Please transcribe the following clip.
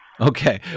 Okay